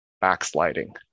backsliding